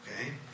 Okay